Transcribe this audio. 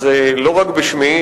אז לא רק בשמי,